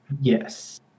Yes